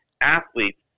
athletes